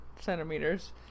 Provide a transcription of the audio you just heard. centimeters